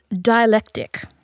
dialectic